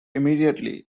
immediately